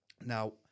Now